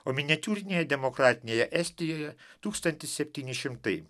o miniatiūrinėje demokratinėje estijoje tūkstantis septyni šimtai